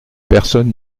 personne